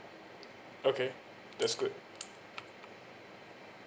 okay that's good